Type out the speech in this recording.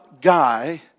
guy